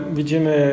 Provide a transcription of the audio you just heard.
widzimy